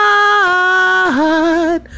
God